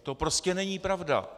To prostě není pravda.